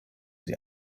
sie